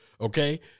Okay